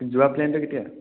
যোৱা প্লেনটো কেতিয়া